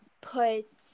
put –